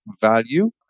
value